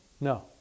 no